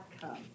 come